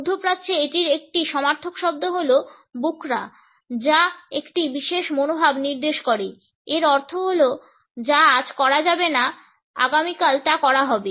মধ্যপ্রাচ্যে এটির একটি সমার্থক শব্দ হল বুকরা যা একটি বিশেষ মনোভাব নির্দেশ করে এর অর্থ হল যা আজ করা যাবে না আগামীকাল তা করা হবে